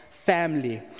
Family